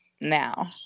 now